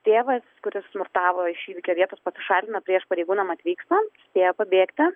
tėvas kuris smurtavo iš įvykio vietos pasišalino prieš pareigūnam atvykstant spėjo pabėgti